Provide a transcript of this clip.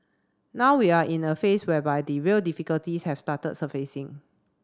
now we are in a phase whereby the real difficulties have started surfacing